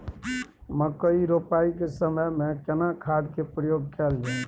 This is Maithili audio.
मकई रोपाई के समय में केना खाद के प्रयोग कैल जाय?